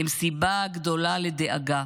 הם סיבה גדולה לדאגה.